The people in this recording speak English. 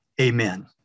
Amen